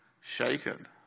shaken